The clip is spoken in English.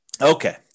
Okay